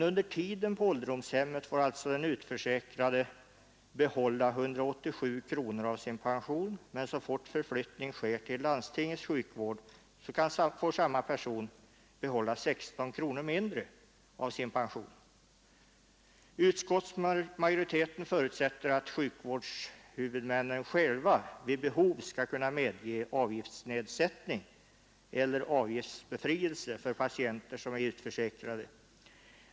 Under tiden på ålderdomshemmet får alltså den utförsäkrade behålla 187 kronor av sin pension, men så fort förflyttning sker till landstingets sjukvård får samma person behålla 16 kronor mindre av sin pension. Utskottsmajoriteten förutsätter att sjukvårdshuvudmännen själva vid behov skall kunna medge avgiftsnedsättning eller avgiftsbefrielse för patienter som är utförsäkrade.